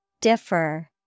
Differ